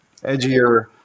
edgier